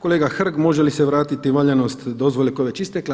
Kolega Hrg, može li se vratiti valjanost dozvole koja je već istekla?